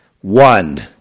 one